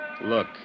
Look